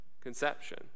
conception